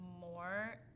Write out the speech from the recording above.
more